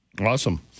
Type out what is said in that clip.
Awesome